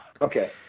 Okay